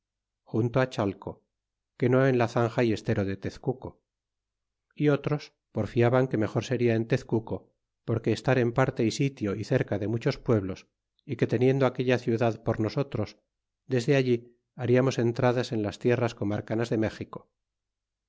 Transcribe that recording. junto chalco que no en la zanja y estero de tezcuco y otros porfiaban que mejor seria en tezcuco por estar en parte y sitio y cerca de muchos pueblos y que teniendo aquella ciudad por nosotros desde allí bailarnos entradas en las tierras comarcanas de méxico